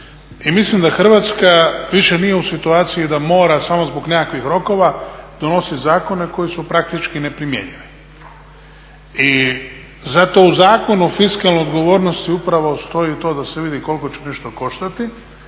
mislim da Hrvatska više nije u situaciji da mora samo zbog nekakvih rokova donositi zakone koji su praktički neprimjenjivi. I zato u Zakonu o fiskalnoj odgovornosti upravo stoji to da se vidi koliko će nešto koštati